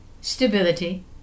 stability